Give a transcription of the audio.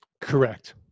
Correct